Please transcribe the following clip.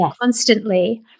constantly